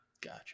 Gotcha